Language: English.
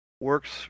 works